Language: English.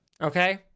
Okay